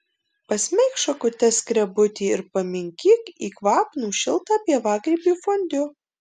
pasmeik šakute skrebutį ir paminkyk į kvapnų šiltą pievagrybių fondiu